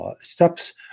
steps